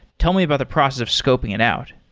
tell me about the process of scoping it out.